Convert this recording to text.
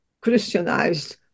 Christianized